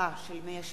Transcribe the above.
הפלרה של מי השתייה),